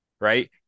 Right